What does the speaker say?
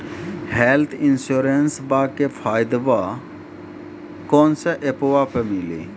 Health इंश्योरेंसबा के फायदावा कौन से ऐपवा पे मिली?